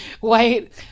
white